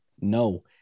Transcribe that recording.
No